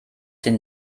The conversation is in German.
den